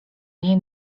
niej